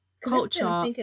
culture